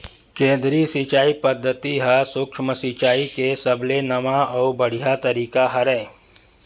केदरीय सिचई पद्यति ह सुक्ष्म सिचाई के सबले नवा अउ बड़िहा तरीका हरय